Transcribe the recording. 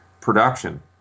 production